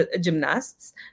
gymnasts